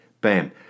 Bam